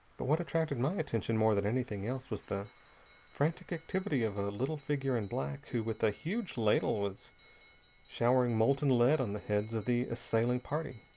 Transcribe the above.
but what attracted my attention more than anything else was the frantic activity of a little figure in black, who, with a huge ladle, was showering molten lead on the heads of the assailing party.